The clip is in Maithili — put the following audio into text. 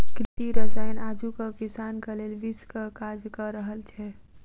कृषि रसायन आजुक किसानक लेल विषक काज क रहल छै